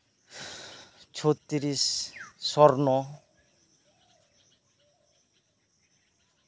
ᱪᱷᱚᱛᱨᱤᱥ ᱥᱚᱨᱱᱚ